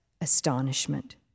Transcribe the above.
astonishment